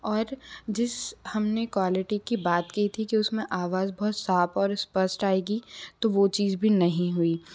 और जिस हम ने क्वालिटी की बात की थी कि उसमें आवाज़ बहुत साफ़ और स्पष्ट आएगी तो वो चीज़ भी नहीं हुई